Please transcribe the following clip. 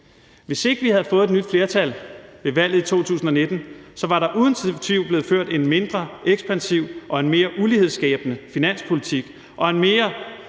Hvis ikke vi havde fået et nyt flertal ved valget i 2019, var der uden tvivl blevet ført en mindre ekspansiv og en mere ulighedsskabende finanspolitik og mere